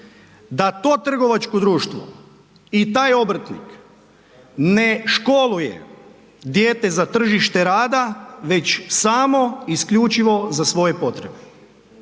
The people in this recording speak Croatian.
da to trgovačko društvo i taj obrtnik ne školuje dijete za tržište rada već samo isključivo za svoje potrebe